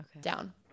down